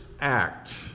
act